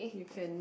you can